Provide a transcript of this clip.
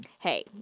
Hey